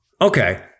Okay